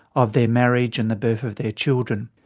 of their marriage and the birth of their children.